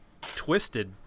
twisted